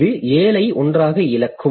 இது 7 ஐ ஒன்றாக இழக்கும்